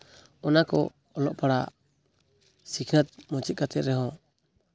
ᱚᱱᱟᱠᱚ ᱚᱞᱚᱜ ᱯᱟᱲᱦᱟᱜ ᱥᱤᱠᱷᱱᱟᱹᱛ ᱢᱩᱪᱟᱹᱫ ᱠᱟᱛᱮᱫ ᱨᱮᱦᱚᱸ